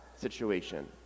situation